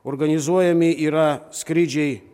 organizuojami yra skrydžiai